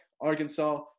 Arkansas